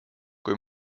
kui